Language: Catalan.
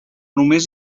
només